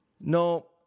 No